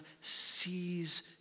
sees